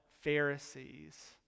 Pharisees